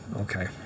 Okay